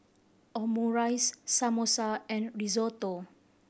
Omurice Samosa and Risotto